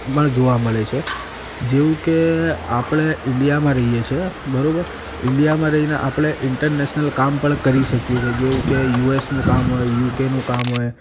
પણ જોવા મળે છે જેવું કે આપણે ઈન્ડિયામાં રહીએ છીએ બરાબર ઈન્ડિયામાં રહીને આપણે ઇન્ટરનેશનલ કામ પણ કરી શકીએ છીએ જેવું કે યુએસનું કામ હોય યુકેનું કામ હોય